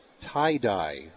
tie-dye